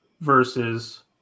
versus